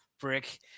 brick